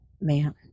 man